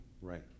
Right